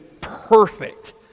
perfect